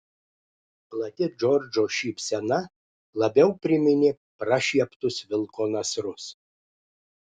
plati džordžo šypsena labiau priminė prašieptus vilko nasrus